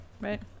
right